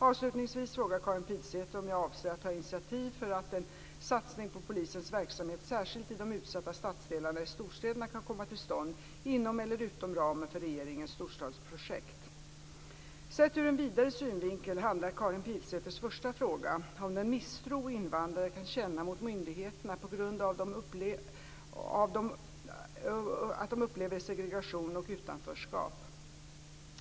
Avslutningsvis frågar Karin Pilsäter om jag avser att ta initiativ för att en satsning på polisens verksamhet särskilt i de utsatta stadsdelarna i storstäderna kan komma till stånd inom eller utom ramen för regeringens storstadsprojekt. Sett ur en vidare synvinkel handlar Karin Pilsäters första fråga om den misstro invandrare kan känna mot myndigheterna på grund av att de upplever segregation och utanförskap.